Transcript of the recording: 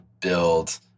build